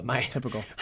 Typical